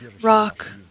rock